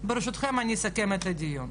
ברשותכם, אני אסכם את הדיון.